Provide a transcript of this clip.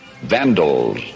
Vandals